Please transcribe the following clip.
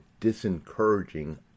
disencouraging